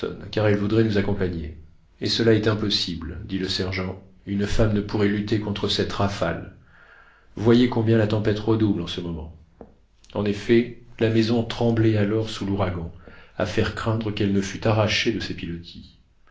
car elle voudrait nous accompagner et cela est impossible dit le sergent une femme ne pourrait lutter contre cette rafale voyez combien la tempête redouble en ce moment en effet la maison tremblait alors sous l'ouragan à faire craindre qu'elle ne fût arrachée de ses pilotis